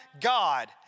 God